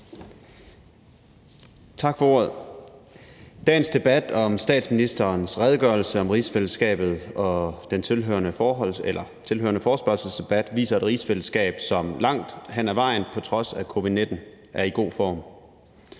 Tak for ordet. Dagens debat om statsministerens redegørelse om rigsfællesskabet og den tilhørende forespørgselsdebat viser et rigsfællesskab, som langt hen ad vejen på trods af covid-19 er i god form.